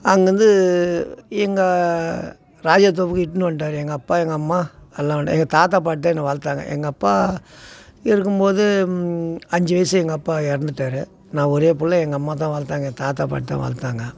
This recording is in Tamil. அங்கேருந்து எங்கள் ராஜதோப்புக்கு இட்டுனு வந்துட்டார் எங்கள் அப்பா எங்கள் அம்மா எல்லாம் வந்துட்டு தாத்தா பாட்டி தான் என்னை வளர்த்தாங்க எங்கள் அப்பா இருக்கும் போது அஞ்சு வயசு எங்கள் அப்பா இறந்துட்டாரு நான் ஒரே பிள்ள எங்கள் அம்மா தான் வளர்த்தாங்க என் தாத்தா பாட்டி தான் வளர்த்தாங்க